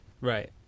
Right